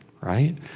Right